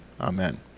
Amen